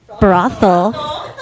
brothel